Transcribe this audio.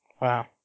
Wow